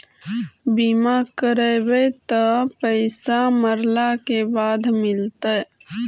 बिमा करैबैय त पैसा मरला के बाद मिलता?